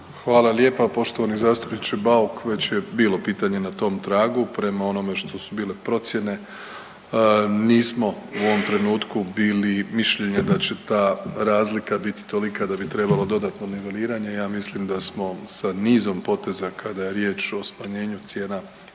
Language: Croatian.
Hvala lijepa. Poštovani zastupniče Bauk već je bilo pitanje na tom tragu. Prema onome što su bile procjene nismo u ovom trenutku bili mišljenja da će ta razlika biti tolika da bi trebalo dodatno niveliranje. Ja mislim da smo sa nizom poteza kada je riječ o smanjenju cijena